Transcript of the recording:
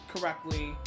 correctly